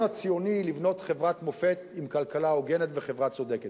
הציוני לבנות חברת מופת עם כלכלה הוגנת וחברה צודקת.